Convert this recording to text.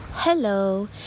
hello